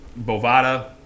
Bovada